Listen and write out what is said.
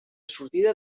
sortida